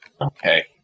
Okay